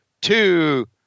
two